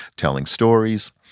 telling stories.